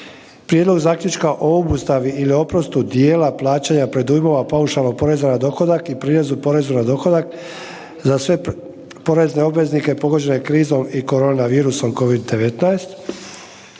Prijedlog zaključka o obustavi ili oprostu dijela plaćanja predujmova paušalnog poreza na dohodak i prireza poreza na dohodak za sve porezne obveznike pogođene krizom i korona virusom COVID-19,